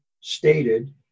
stated